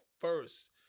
first